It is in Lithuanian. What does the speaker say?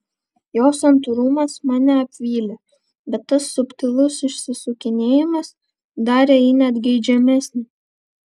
jo santūrumas mane apvylė bet tas subtilus išsisukinėjimas darė jį net geidžiamesnį